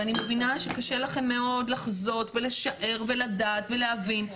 ואני מבינה שקשה לכם מאוד לחזות ולשער ולדעת ולהבין,